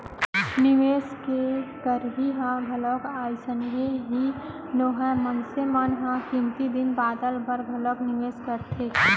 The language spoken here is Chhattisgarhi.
निवेस के करई ह घलोक अइसने ही नोहय मनसे मन ह कमती दिन बादर बर घलोक निवेस करथे